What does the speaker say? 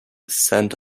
sent